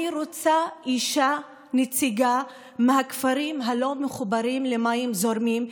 אני רוצה אישה נציגה מהכפרים הלא-מחוברים למים זורמים,